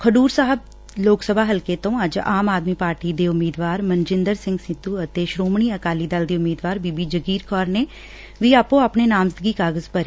ਖਡੂਰ ਸਾਹਿਬ ਲੋਕ ਸਭਾ ਹਲਕੇ ਤੋ ਅੱਜ ਆਮ ਆਦਮੀ ਪਾਰਟੀ ਦੇ ਉਮੀਦਵਾਰ ਮਨਜਿੰਦਰ ਸਿੰਘ ਸਿੱਧੁ ਅਤੇ ਸ੍ਰੋਮਣੀ ਅਕਾਲੀ ਦਲ ਦੀ ਉਮੀਦਵਾਰ ਬੀਬੀ ਜਗੀਰ ਕੌਰ ਨੇ ਵੀ ਆਪੋ ਆਪਣੇ ਨਾਮਜ਼ਦਗੀ ਕਾਗਜ ਭਰੇ